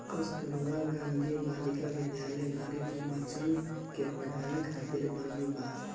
कस्तूरबा गांधी बालिका विद्यालय गरीब बच्चन के पढ़ावे खातिर बनल बा